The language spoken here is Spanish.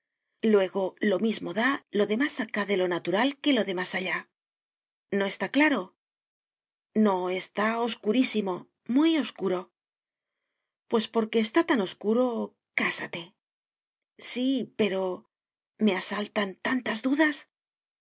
luego lo mismo da lo de más acá de lo natural que lo de más allá no está claro no está oscurísimo muy oscuro pues porque está tan oscuro cásate sí pero me asaltan tantas dudas